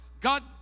God